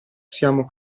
siamo